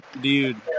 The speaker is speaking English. dude